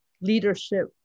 leadership